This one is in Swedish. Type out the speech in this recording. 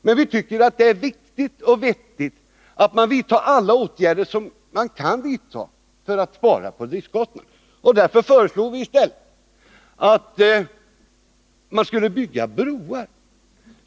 Men vi tycker att det är viktigt och vettigt att man vidtar alla åtgärder som kan vidtas för att spara på driftskostnaderna. Därför föreslår vi i stället att man skall bygga broar.